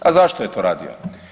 A zašto je to radio?